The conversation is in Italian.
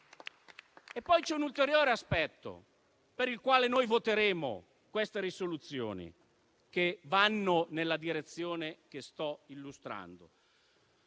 Poi c'è un ulteriore aspetto per il quale voteremo le risoluzioni che vanno nella direzione che sto illustrando.